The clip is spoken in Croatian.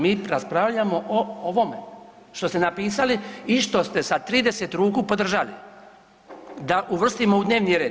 Mi raspravljamo o ovome što ste napisali i što ste sa 30 ruku podržali da uvrstimo u dnevni red.